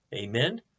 Amen